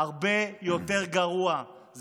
הרבה יותר גרוע.